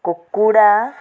କୁକୁଡ଼ା